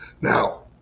Now